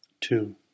Two